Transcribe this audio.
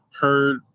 heard